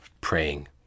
praying